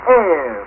air